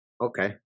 okay